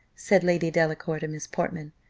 said lady delacour to miss portman.